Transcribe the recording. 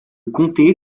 comté